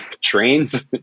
trains